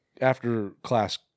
after-class